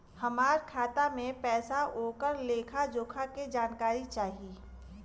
हमार खाता में पैसा ओकर लेखा जोखा के जानकारी चाही?